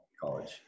college